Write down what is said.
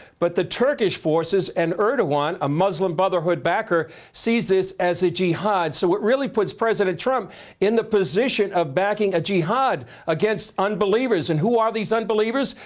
but the turkish forces and erdogan, a muslim brotherhood backer sees this as a jihad so it really puts president trump in the position of backing a jihad against unbelievers and who are these unbelievers?